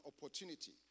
opportunity